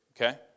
Okay